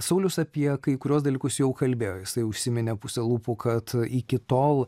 saulius apie kai kuriuos dalykus jau kalbėjo jisai užsiminė puse lūpų kad iki tol